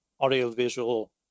audiovisual